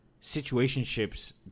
situationships